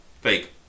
Fake